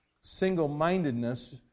Single-mindedness